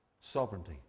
sovereignty